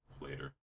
later